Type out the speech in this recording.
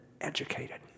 educated